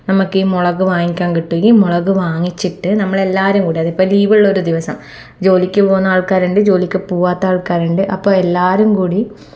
നമുക്കീ മുളക് വാങ്ങിക്കാൻ കിട്ടും ഈ മുളക് വാങ്ങിച്ചിട്ട് നമ്മളെല്ലാവരും കൂടി അതിപ്പോൾ ലീവുള്ള ഒരു ദിവസം ജോലിക്കു പോകുന്ന ആൾക്കാരുണ്ട് ജോലിക്കു പോകാത്ത ആൾക്കാരുണ്ട് അപ്പോൾ എല്ലാവരും കൂടി